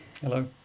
Hello